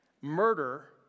murder